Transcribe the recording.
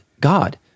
God